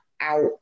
out